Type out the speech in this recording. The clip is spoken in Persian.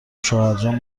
شوهرجان